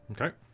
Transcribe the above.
okay